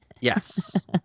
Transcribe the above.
Yes